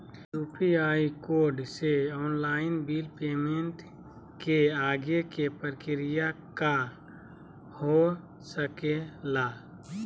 UPI code से online bill payment के आगे के प्रक्रिया का हो सके ला?